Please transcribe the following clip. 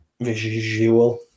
visual